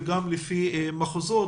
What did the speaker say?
וגם לפי מחוזות.